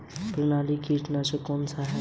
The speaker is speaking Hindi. प्रणालीगत कीटनाशक कौन सा है?